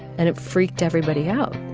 and it freaked everybody out.